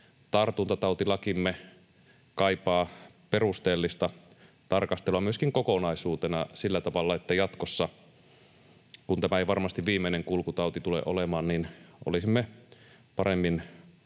tartuntatautilakimme kaipaa perusteellista tarkastelua myöskin kokonaisuutena sillä tavalla, että jatkossa, kun tämä ei varmasti viimeinen kulkutauti tule olemaan, olisimme paremmin